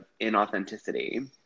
inauthenticity